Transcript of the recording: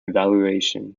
evaluation